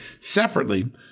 separately